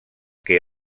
que